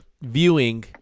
viewing